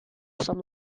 some